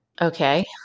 Okay